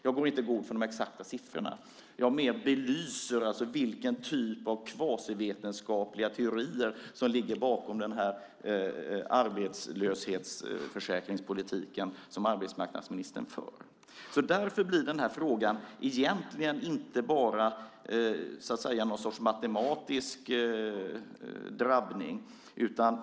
Jag går inte i god för de exakta siffrorna, utan jag belyser mer vilken typ av kvasivetenskapliga teorier som ligger bakom den arbetslöshetsförsäkringspolitik som arbetsmarknadsministern för. Därför blir frågan egentligen inte bara någon sorts matematisk drabbning.